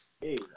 Hey